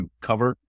cover